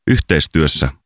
Yhteistyössä